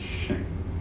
shag